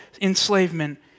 enslavement